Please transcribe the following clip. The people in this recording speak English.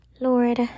Lord